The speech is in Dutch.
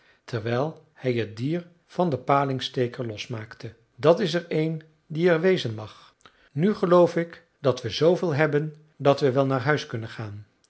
terwijl hij het dier van den palingsteker losmaakte dat is er een die er wezen mag nu geloof ik dat we zooveel hebben dat we wel naar huis kunnen gaan